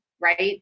right